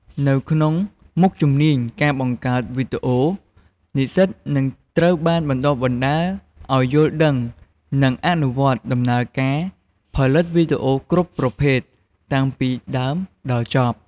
នៅក្នុងមុខជំនាញ ការបង្កើតវីដេអូ និស្សិតនឹងត្រូវបានបណ្ដុះបណ្ដាលឲ្យយល់ដឹង និងអនុវត្ត ដំណើរការផលិតវីដេអូគ្រប់ប្រភេទ តាំងពីដើមដល់ចប់។